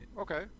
Okay